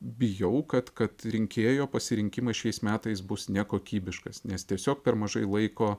bijau kad kad rinkėjo pasirinkimas šiais metais bus nekokybiškas nes tiesiog per mažai laiko